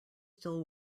still